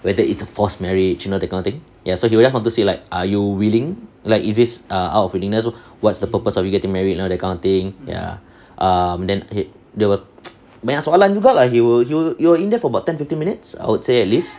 whether it's a forced marriage you know that kind of thing ya so he went on to say like are you willing like is this out of willingness what's the purpose of you getting married you know the kind of thing ya err then he banyak soalan juga they will you're in there for about ten fifteen minutes I would say at least